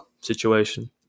situation